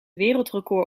wereldrecord